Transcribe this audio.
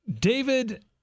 David